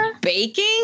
baking